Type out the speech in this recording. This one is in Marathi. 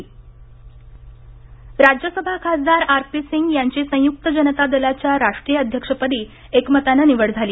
सयुक्त जनता दल राज्यसभा खासदार आरसीपी सिंग यांची संयुक्त जनता दलाच्या राष्ट्रीय अध्यक्षपदी एकमतानं निवड झाली